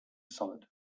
solid